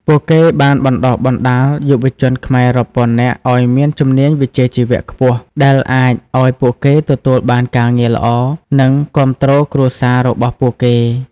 ពួកគេបានបណ្តុះបណ្តាលយុវជនខ្មែររាប់ពាន់នាក់ឱ្យមានជំនាញវិជ្ជាជីវៈខ្ពស់ ដែលអាចឱ្យពួកគេទទួលបានការងារល្អ និងគាំទ្រគ្រួសាររបស់ពួកគេ ។